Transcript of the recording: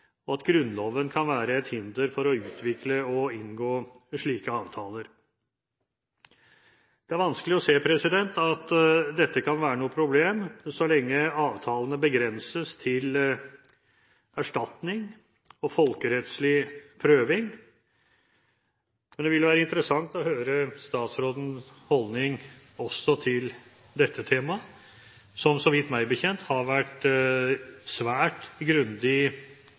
og at Grunnloven kan være et hinder for å utvikle og inngå slike avtaler. Det er vanskelig å se at dette kan være noe problem så lenge avtalene begrenses til erstatning og folkerettslig prøving, men det vil være interessant å høre statsrådens holdning også til dette temaet, som, så vidt jeg vet, har vært svært grundig